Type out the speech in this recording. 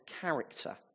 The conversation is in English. character